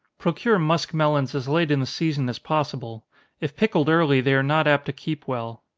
procure muskmelons as late in the season as possible if pickled early, they are not apt to keep well.